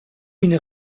une